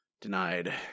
denied